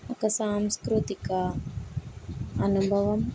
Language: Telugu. ఒక సాంస్కృతిక అనుభవం